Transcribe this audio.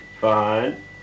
Fine